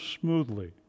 smoothly